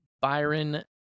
byron